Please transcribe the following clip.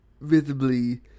visibly